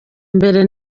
mbere